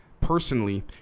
personally